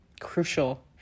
crucial